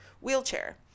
wheelchair